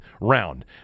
round